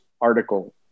article